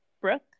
Brooke